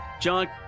John